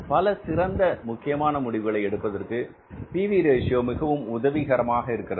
பல சிறந்த முக்கியமான முடிவுகளை எடுப்பதற்கு P V ratio PV Ratio மிகவும் உதவிகரமாக இருக்கிறது